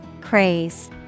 Craze